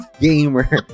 Gamer